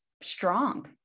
strong